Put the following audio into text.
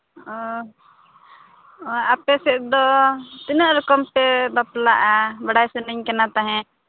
ᱚ ᱚ ᱟᱯᱮ ᱥᱮᱫ ᱫᱚ ᱛᱤᱱᱟᱹᱜ ᱨᱚᱠᱚᱢ ᱯᱮ ᱵᱟᱯᱞᱟᱜᱼᱟ ᱵᱟᱰᱟᱭ ᱥᱟᱱᱟᱧ ᱠᱟᱱᱟ ᱛᱟᱦᱮᱸᱫ